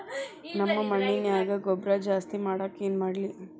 ನಮ್ಮ ಮಣ್ಣಿನ್ಯಾಗ ಗೊಬ್ರಾ ಜಾಸ್ತಿ ಮಾಡಾಕ ಏನ್ ಮಾಡ್ಲಿ?